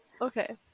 Okay